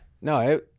no